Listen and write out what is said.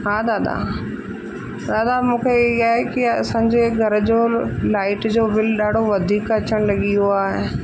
हा दादा दादा मूंखे ईअं आहे की असांजे घर जो लाइट जो बिल ॾाढो वधीक अचण लॻी वियो आहे